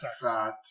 fat